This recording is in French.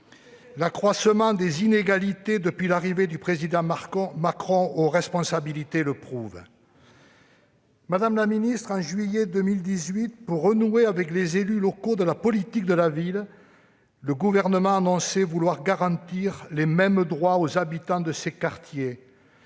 L'accroissement des inégalités depuis l'arrivée du président Macron aux responsabilités le prouve. En juillet 2018, pour renouer avec les élus locaux de la politique de la ville, le Gouvernement annonçait vouloir garantir les mêmes droits aux habitants de ces quartiers,